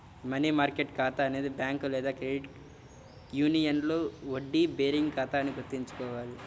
money market ఖాతా అనేది bank లేదా క్రెడిట్ యూనియన్లో వడ్డీ బేరింగ్ ఖాతా అని గుర్తుంచుకోవాలి